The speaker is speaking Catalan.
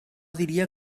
diria